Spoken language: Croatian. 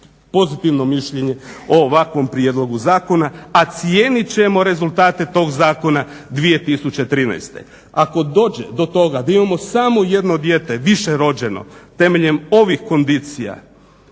pozitivno mišljenje o ovakvom prijedlogu zakona a cijenit ćemo rezultate tog zakona 2013. Ako dođe do toga da imamo samo jedno dijete više rođeno temeljem ovih kondicija